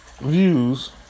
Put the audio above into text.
views